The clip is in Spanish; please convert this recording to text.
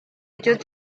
ellos